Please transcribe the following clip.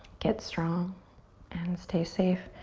get strong and stay safe.